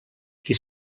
qui